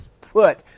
put